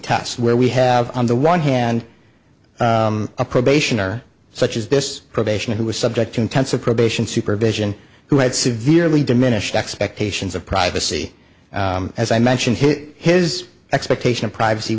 test where we have on the one hand a probation or such as this probation who is subject to intense of probation supervision who had severely diminished expectations of privacy as i mentioned his expectation of privacy